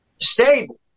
stable